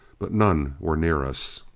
but none were near us.